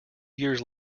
years